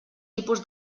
tipus